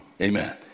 Amen